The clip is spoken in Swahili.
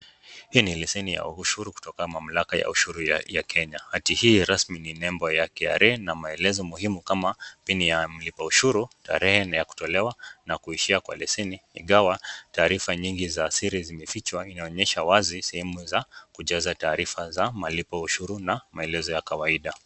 Hii ni leseni ya ushuru kutoka mamlaka ya Kenya, hati hii ina nembo yake rasmi inayoeleza maelezo muhimu kama pini ya mlipa ushuru tarehe ya kutolewa na kuishia kwa leseni, ingawa taarifa nyingi za siri zimefichwa, inaonyesha wazi sehemu za kujaza taarifa za malipo ya ushuru na maelezo ya kawaida.